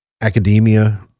academia